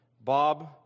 Bob